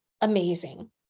amazing